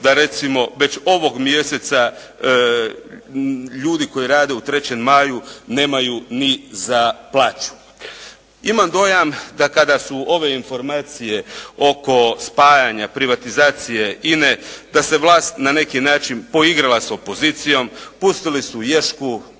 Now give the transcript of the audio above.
da recimo već ovog mjeseca ljudi koji rade u 3. maju nemaju ni za plaću. Imam dojam da kada su ove informacije oko spajanja privatizacije INA-e da se vlast na neki način poigrala s opozicijom. Pustili su ješku,